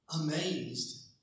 amazed